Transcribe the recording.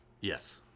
Yes